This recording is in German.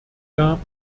gab